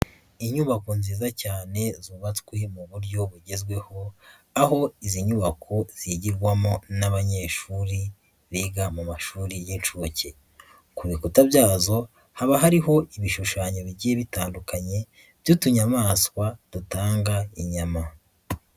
Inyubako nziza cyane zubatswe mu buryo bugezweho, aho izi nyubako zigirwamo n'abanyeshuri, biga mu mashuri y'inshuke. Ku bikuta byazo haba hariho ibishushanyo bigiye bitandukanye by'utunyamaswa dutanga inyama.